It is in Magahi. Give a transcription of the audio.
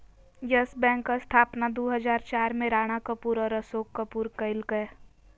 यस बैंक स्थापना दू हजार चार में राणा कपूर और अशोक कपूर कइलकय